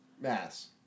Mass